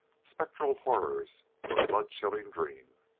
spectral horrors of a blood-chilling dream.